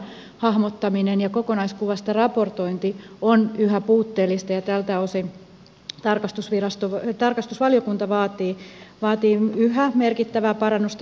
kokonaiskuvan hahmottaminen ja kokonaiskuvasta raportointi on yhä puutteellista ja tältä osin tarkastusvaliokunta vaatii yhä merkittävää parannusta